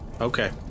Okay